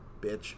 bitch